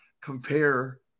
compare